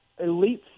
elites